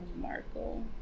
markle